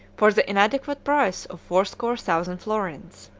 for the inadequate price of fourscore thousand florins.